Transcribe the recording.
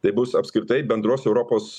tai bus apskritai bendros europos